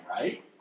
right